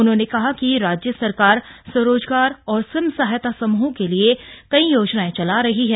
उन्होंने कहा कि राज्य सरकार स्वरोजगार और स्वयं सहायता समूहों के लिए कई योजनायें चला रही है